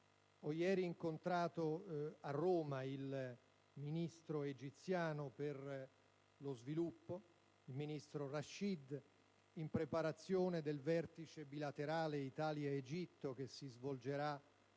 Ho ieri incontrato a Roma il ministro egiziano per lo sviluppo Rachid, in preparazione del vertice bilaterale Italia-Egitto che si svolgerà